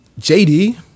JD